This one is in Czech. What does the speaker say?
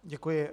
Děkuji.